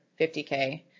50K